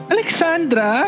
Alexandra